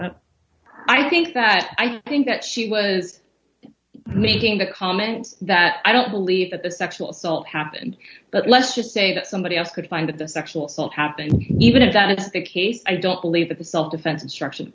me i think that i think that she was making the comment that i don't believe that the sexual assault happened but let's just say that somebody else could find that the sexual assault happened even if that's the case i don't believe that the self defense instruction